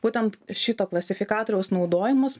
būtent šito klasifikatoriaus naudojimas